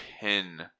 pin